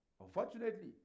Unfortunately